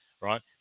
right